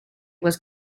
was